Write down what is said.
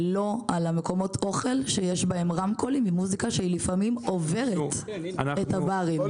ולא על מקומות האוכל שיש בהם רמקולים עם מוזיקה שלפעמים עוברת את הברים.